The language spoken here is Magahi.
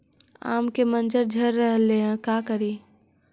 आम के मंजर झड़ रहले हे का करियै?